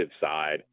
side